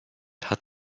hat